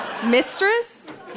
Mistress